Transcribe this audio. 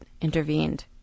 intervened